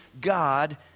God